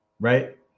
Right